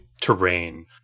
terrain